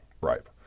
ripe